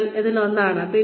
അതിനാൽ അത് ഒന്നാണ്